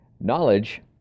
Knowledge